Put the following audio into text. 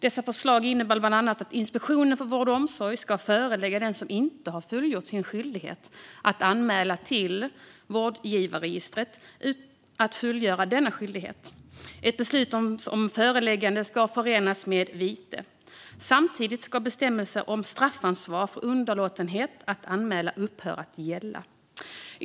Dessa förslag innebär bland annat att Inspektionen för vård och omsorg ska förelägga den som inte har fullgjort sin skyldighet att anmäla till vårdgivarregistret att fullgöra denna skyldighet. Ett beslut om föreläggande ska förenas med vite. Samtidigt ska bestämmelsen om straffansvar för underlåtenhet att anmäla upphöra att gälla.